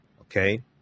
Okay